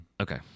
Okay